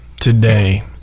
today